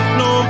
no